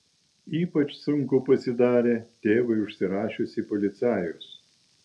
ypač sunku pasidarė tėvui užsirašius į policajus